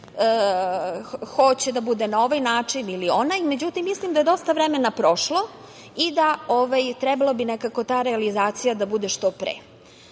hoće da bude na ovaj način ili onaj, međutim, mislim da je dosta vremena prošlo i da bi trebalo ta realizacija da bude što pre.